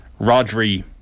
Rodri